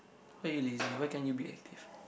why you lazy why can't you be active